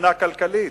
מבחינה כלכלית.